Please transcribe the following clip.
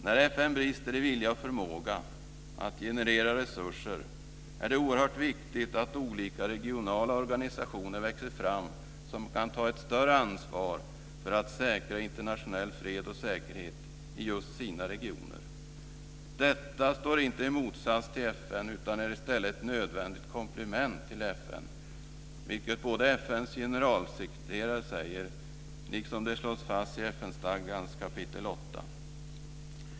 När FN brister i vilja och förmåga att generera resurser är det oerhört viktigt att olika regionala organisationer växer fram som kan ta ett större ansvar för att säkra internationell fred och säkerhet i just sina regioner. Detta står inte i motsats till FN utan är i stället ett nödvändigt komplement till FN, vilket FN:s generalsekreterare säger liksom det slås fast i FN-stadgans kapitel 8.